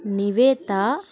Nivetha